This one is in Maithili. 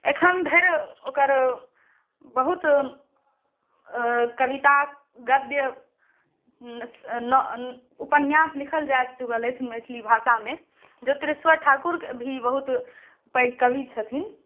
अखन धरि ओकर बहुत कविता गद्य उपन्यास लिखल जा चुकल अछि मैथिली भाषामे ज्योतिश्वर ठाकुर भी बहुत पैघ कवि छथिन